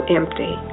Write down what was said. empty